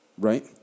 right